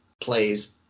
plays